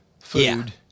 food